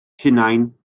hunain